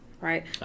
right